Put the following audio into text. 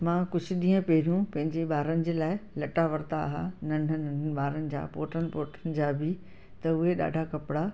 मां कुझु ॾींहं पहिरियूं पंहिंजे ॿारनि जे लाइ लटा वरिता हुआ नंढनि नंढनि ॿारनि जा पोटनि पोटियुनि जा बि त उहे ॾाढा कपिड़ा